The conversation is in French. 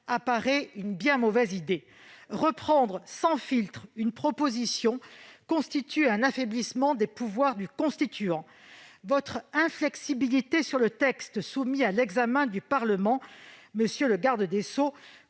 apparaît comme une bien mauvaise idée. Reprendre, sans filtre, une proposition est un affaiblissement des pouvoirs du Constituant. Votre inflexibilité quant au texte soumis à l'examen du Parlement, monsieur le garde des sceaux,